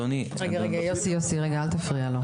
רגע, יוסי אל תפריע לו.